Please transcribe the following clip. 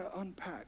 unpack